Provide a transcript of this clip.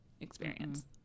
Experience